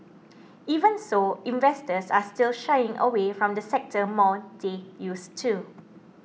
even so investors are still shying away from the sector more they used to